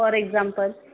for example